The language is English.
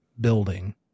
building